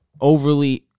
overly